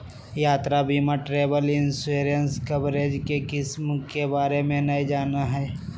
यात्रा बीमा travel insurance coverage के किस्म के बारे में नय जानय हइ